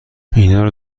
اینارو